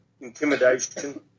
intimidation